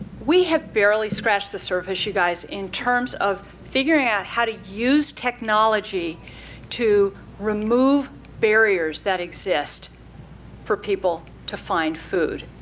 we have barely scratched the surface, you guys, in terms of figuring out how to use technology to remove barriers that exist for people to find food.